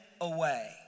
away